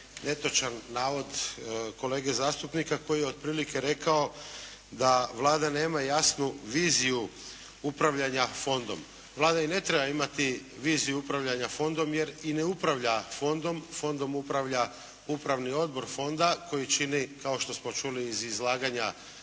netočan navod kolege zastupnika koji je otprilike rekao da Vlada nema jasnu viziju upravljanja fondom. Vlada i ne treba imati viziju upravljanja fondom jer ne upravlja fondom, fondom upravlja upravni odbor fonda koji čini kao što smo čuli iz izlaganja